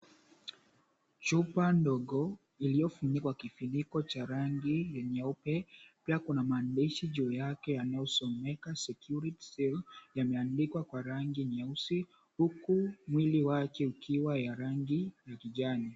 Chupa ndogo ilyofunikwa kifiniko cha rangi ya nyeupe pia kuna maandishi juu yake yanyosomeka, Security Seal, yameandikwa kwa rangi nyeusi huku mwili wake ukiwa ya rangi ya kijani.